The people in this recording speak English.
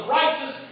righteous